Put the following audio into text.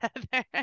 together